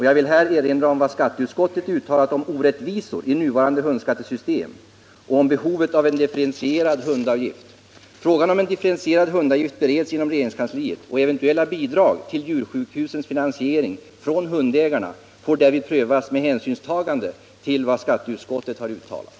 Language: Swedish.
Jag vill här erinra om vad skatteutskottet uttalat om orättvisor i nuvarande hundskattesystem och om behovet av en differentierad hundavgift. Frågan om en differentierad hundavgift bereds inom regeringskansliet, och eventuella bidrag till djursjukhusens finansiering från hundägarna får därvid prövas med hänsynstagande till vad skatteutskottet har uttalat.